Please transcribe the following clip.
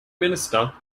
minister